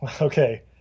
Okay